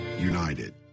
united